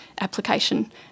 application